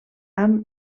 amb